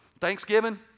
thanksgiving